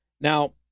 Now